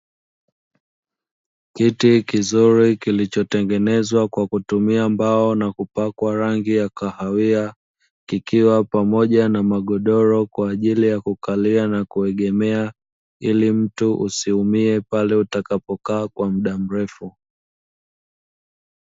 Kiti kizuri kilichotengenezwa kwa kutumia mbao na kupakwa rangi ya kahawia, kikiwa pamoja na magodoro kwa ajili ya kukalia na kuegemea ili mtu usiumie pale utakapo kaa kwa mda mrefu.